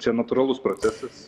čia natūralus procesas